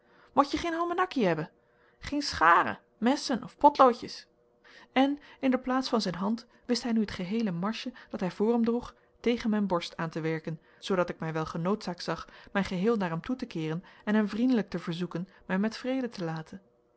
eigen motje gheen halmenakkie ebben gheen scharen messen of photloodjes en in de plaats van zijn hand wist hij nu het geheele marsje dat hij voor hem droeg tegen mijn borst aan te werken zoodat ik mij wel genoodzaakt zag mij geheel naar hem toe te keeren en hem vriendelijk te verzoeken mij met vrede te laten